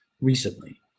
recently